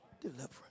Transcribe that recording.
deliverance